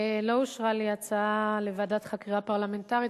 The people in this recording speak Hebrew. לא אושרה לי ההצעה לוועדת חקירה פרלמנטרית